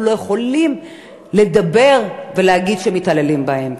לא יכולים לדבר ולהגיד שמתעללים בהם?